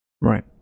Right